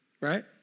Right